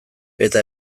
eta